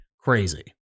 crazy